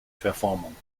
verformung